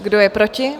Kdo je proti?